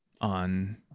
on